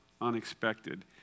unexpected